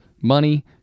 money